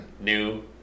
New